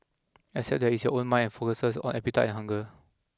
except that it's your own mind and focuses on appetite and hunger